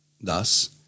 Thus